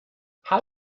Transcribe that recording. how